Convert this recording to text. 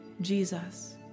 Jesus